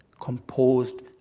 Composed